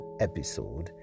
episode